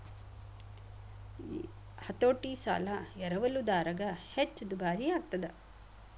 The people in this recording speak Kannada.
ಹತೋಟಿ ಸಾಲ ಎರವಲುದಾರಗ ಹೆಚ್ಚ ದುಬಾರಿಯಾಗ್ತದ